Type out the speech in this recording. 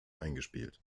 eingespielt